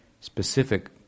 specific